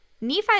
Nephi